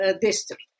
District